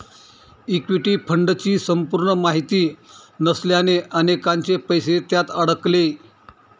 equity फंडची संपूर्ण माहिती नसल्याने अनेकांचे पैसे त्यात अडकले